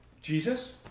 Jesus